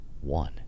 one